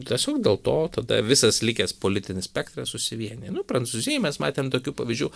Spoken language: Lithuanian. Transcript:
tiesiog dėl to tada visas likęs politinis spektras susivienija nu prancūzijoj mes matėm tokių pavyzdžių